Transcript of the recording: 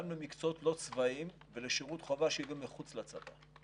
למקצועות לא צבאיים ולשירות חובה שיהיה גם מחוץ לצבא.